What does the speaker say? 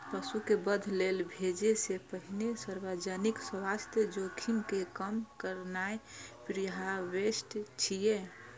पशु कें वध लेल भेजै सं पहिने सार्वजनिक स्वास्थ्य जोखिम कें कम करनाय प्रीहार्वेस्ट छियै